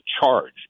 charge